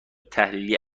تحلیلی